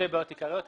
בעיות עיקריות,